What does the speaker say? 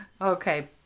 Okay